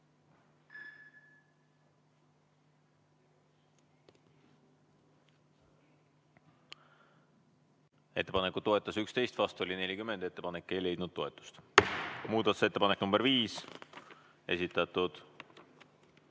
Ettepanekut toetas 11, vastu oli 40, ettepanek ei leidnud toetust. Muudatusettepanek nr 5, esitanud